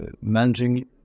managing